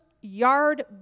Yard